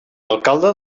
alcalde